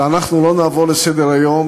ואנחנו לא נעבור לסדר-היום,